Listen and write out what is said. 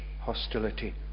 hostility